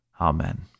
Amen